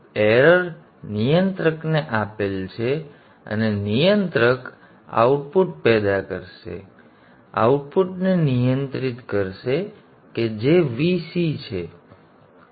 ભૂલ નિયંત્રકને આપેલ છે અને નિયંત્રક આઉટપુટ પેદા કરશે આઉટપુટને નિયંત્રિત કરશે કે જે Vc છે